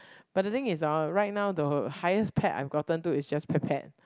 but the thing is orh right now the highest pet I've gotten to is just Petpet